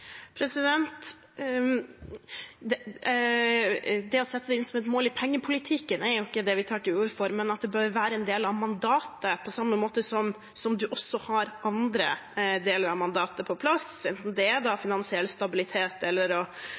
Det å sette det inn som et mål i pengepolitikken er ikke det vi tar til orde for, men at det bør være en del av mandatet, på samme måte som man har andre deler av mandatet på plass. Enten det er finansiell stabilitet eller å bidra til lav og